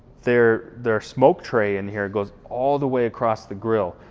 their their smoke tray in here, goes all the way across the grill.